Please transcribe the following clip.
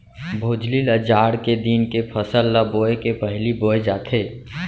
भोजली ल जाड़ के दिन के फसल ल बोए के पहिली बोए जाथे